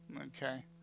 Okay